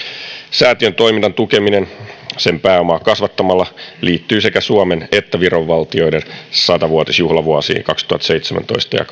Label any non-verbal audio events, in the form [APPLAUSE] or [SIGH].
säätiön toiminnan tukeminen sen pääomaa kasvattamalla liittyy sekä suomen että viron valtioiden sata vuotisjuhlavuosiin kaksituhattaseitsemäntoista ja [UNINTELLIGIBLE]